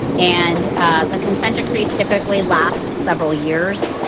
and ah the consent decrees typically last several years.